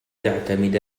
تعتمد